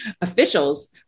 officials